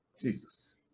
Jesus